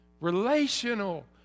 relational